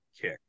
kick